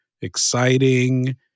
exciting